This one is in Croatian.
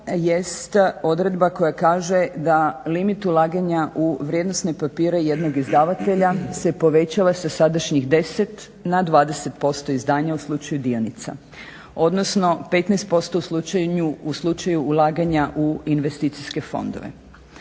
odredba koja kaže da limit ulaganja u vrijednosne papire jednog izdavatelja se povećava sa sadašnjih 10 na 20% izdanja u slučaju dionica. Odnosno 15% u slučaju ulaganja u investicijske fondove.